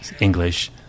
English